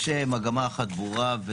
יש מגמה אחת ברורה,